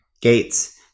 gates